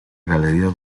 galleria